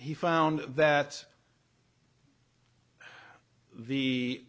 he found that the